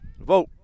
Vote